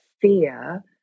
fear